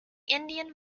indian